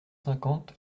cinquante